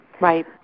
Right